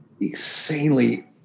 insanely